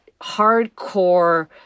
hardcore